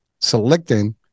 selecting